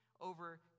over